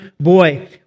boy